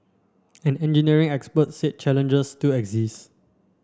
an engineering expert said challenges still exist